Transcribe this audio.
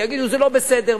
ויגידו: זה לא בסדר,